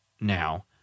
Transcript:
now